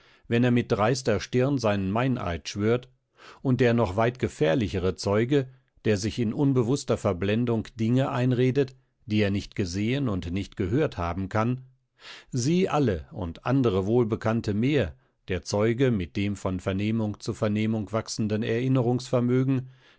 wenn er mit dreister stirn seinen meineid schwört und der noch weit gefährlichere zeuge der sich in unbewußter verblendung dinge einredet die er nicht gesehen und nicht gehört haben kann sie alle und andere wohlbekannte mehr der zeuge mit dem von vernehmung zu vernehmung wachsenden erinnerungsvermögen